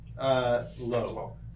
Low